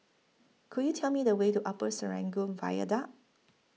Could YOU Tell Me The Way to Upper Serangoon Viaduct